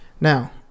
now